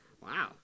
Wow